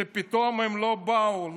שפתאום הם לא באו,